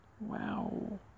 Wow